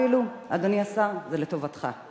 אפילו, אדוני השר, זה לטובתך.